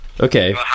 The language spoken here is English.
Okay